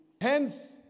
Hence